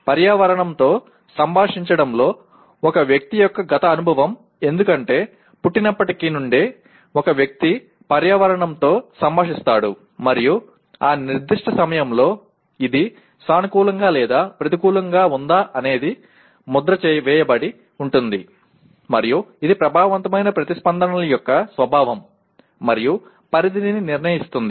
పర్యావరణంతో సంభాషించడంలో ఒక వ్యక్తి యొక్క గత అనుభవం ఎందుకంటే పుట్టినప్పటి నుండే ఒక వ్యక్తి పర్యావరణంతో సంభాషిస్తాడు మరియు ఆ నిర్దిష్ట సమయంలో ఇది సానుకూలంగా లేదా ప్రతికూలంగా ఉందా అనేది ముద్ర వేయబడి ఉంటుంది మరియు ఇది ప్రభావవంతమైన ప్రతిస్పందనల యొక్క స్వభావం మరియు పరిధిని నిర్ణయిస్తుంది